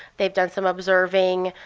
they've done some observing.